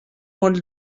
molt